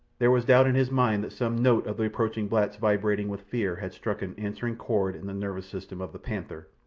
there was doubt in his mind that some note of the approaching blacks vibrating with fear had struck an answering chord in the nervous system of the panther,